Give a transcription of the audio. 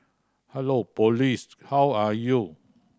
hello police how are you